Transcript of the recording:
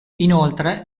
inoltre